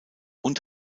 und